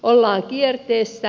ollaan kierteessä